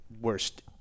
worst